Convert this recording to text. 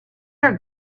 are